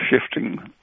shifting